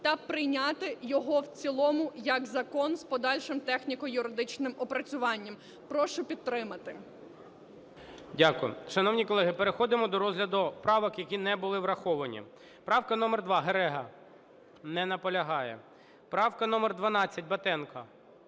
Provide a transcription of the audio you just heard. та прийняти його в цілому як закон з подальшим техніко-юридичним опрацюванням. Прошу підтримати. ГОЛОВУЮЧИЙ. Дякую. Шановні колеги, переходимо до розгляду правок, які не були враховані. Правка номер 2, Герега. Не наполягає. Правка номер 12, Батенко.